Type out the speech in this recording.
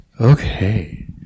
Okay